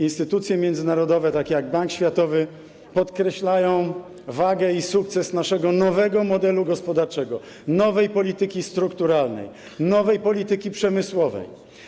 Instytucje międzynarodowe takie jak Bank Światowy podkreślają wagę i sukces naszego nowego modelu gospodarczego, nowej polityki strukturalnej, nowej polityki przemysłowej.